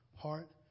heart